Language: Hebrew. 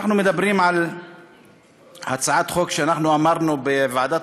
אנחנו מדברים על הצעת חוק שאמרנו בוועדת